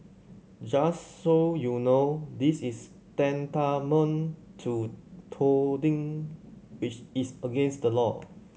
just so you know this is tantamount to touting which is against the law